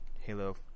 Halo